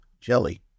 Jelly